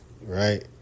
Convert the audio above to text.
right